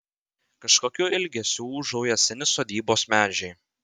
kažkokiu ilgesiu ūžauja seni sodybos medžiai